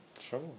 Sure